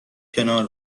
کنار